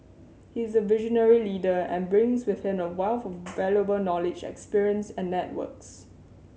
he is a visionary leader and brings with him a wealth of valuable knowledge experience and networks